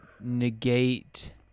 negate